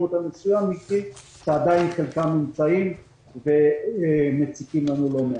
מצוין שחלקם עדיין קיימים ומציקים לנו לא מעט.